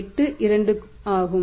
82 ஆகும்